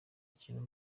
ikintu